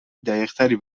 دقیقتری